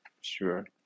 sure